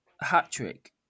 hat-trick